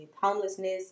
homelessness